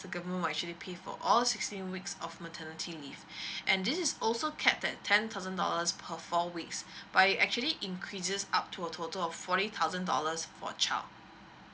the government will actually pay for all sixteen weeks of maternity leave and this is also capped at ten thousand dollars per four weeks but it actually increases up to a total of forty thousand dollars for a child